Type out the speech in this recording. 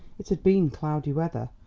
it had been cloudy weather,